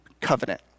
covenant